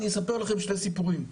אני אספר לכם שני סיפורים.